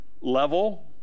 level